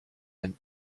and